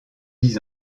dix